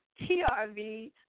TRV